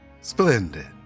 Splendid